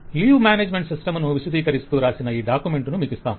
leave management system ను విశదీకరిస్తూ రాసిన ఈ డాక్యుమెంట్ ను మీకు ఇస్తాం